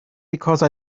because